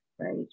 Right